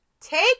take